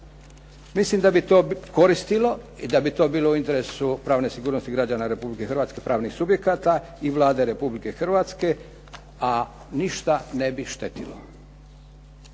Mislim da bi to koristilo i da bi to bilo u interesu pravne sigurnosti građana Republike Hrvatske, pravnih subjekata i Vlade Republike Hrvatske a ništa ne bi štetilo.